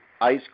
ice